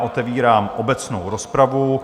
Otevírám obecnou rozpravu.